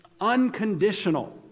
unconditional